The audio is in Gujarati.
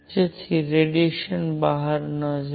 જેથી રેડિયેશન બહાર ન જાય